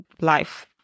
life